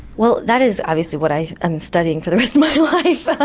well that is obviously what i am studying for the rest of my life, ah